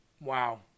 Wow